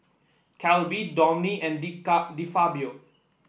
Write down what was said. Calbee Downy and De De Fabio